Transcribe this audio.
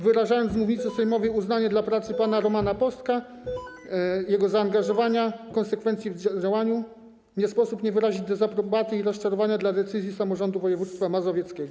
Wyrażając z mównicy sejmowej uznanie dla pracy pana Romana Postka, jego zaangażowania, konsekwencji w działaniu, nie sposób nie wyrazić dezaprobaty i rozczarowania dla decyzji samorządu województwa mazowieckiego.